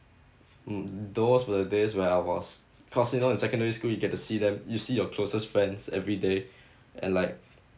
mm those were the days where I was cause you know in secondary school you get to see them you see your closest friends everyday and like